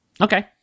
Okay